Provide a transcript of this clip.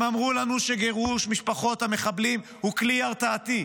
הם אמרו לנו שגירוש משפחות המחבלים הוא כלי הרתעתי,